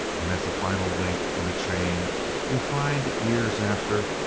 and as a final link in the chain we find, years after,